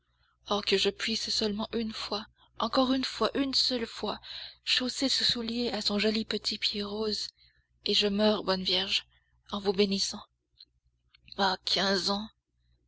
oh que je puisse seulement une fois encore une fois une seule fois chausser ce soulier à son joli petit pied rose et je meurs bonne vierge en vous bénissant ah quinze ans